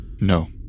No